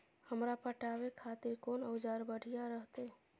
हमरा पटावे खातिर कोन औजार बढ़िया रहते?